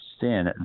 sin